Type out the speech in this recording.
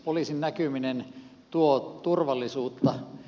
poliisin näkyminen tuo turvallisuutta